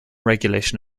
regulation